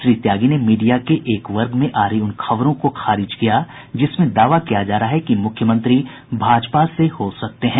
श्री त्यागी ने मीडिया के एक वर्ग में आ रही उन खबरों को खारिज किया जिसमे दावा किया जा रहा है कि मुख्यमंत्री भाजपा से हो सकते हैं